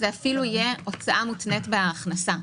זה אפילו יהיה הוצאה מותנית בהכנסה.